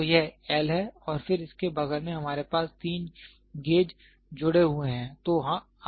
तो यह L है और फिर इसके बगल में हमारे पास तीन गेज जुड़े हुए हैं